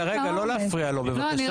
לא להפריע לו, בבקשה.